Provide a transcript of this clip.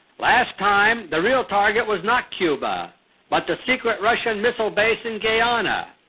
last time the real target was not cuba but the secret russian missile base in guyana.